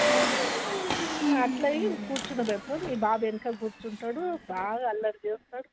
అట్ల అయి కూర్చో పెడతాం మీ బాబు వెనక కూర్చుంటాడు బాగా అల్లరి చేస్తాడు